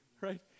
Right